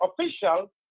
official